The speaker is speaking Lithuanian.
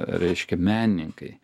reiškia menininkai